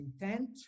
intent